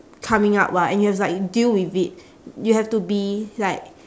coming up [what] and you have like deal with it y~ you have to be like